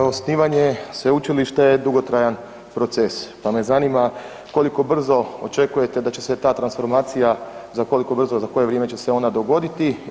Osnivanje sveučilišta je dugotrajan proces pa me zanima koliko brzo očekujete da će se ta transformacija za koliko brzo za koje vrijeme će se ona dogoditi?